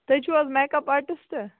تُہۍ چھُو حظ میک اَپ آٹِسٹہٕ